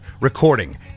recording